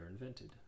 invented